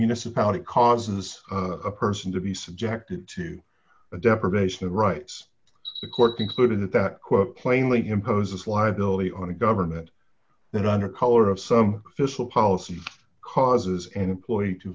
municipality causes a person to be subjected to a deprivation of rights the court concluded that that quote plainly imposes liability on a government that under color of some official policy causes